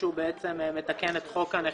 הנכים, שהוא מתקן את חוק הנכים.